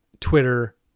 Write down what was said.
Twitter